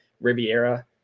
Riviera